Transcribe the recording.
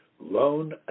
loan